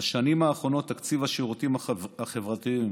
בשנים האחרונות תקציב השירותים החברתיים,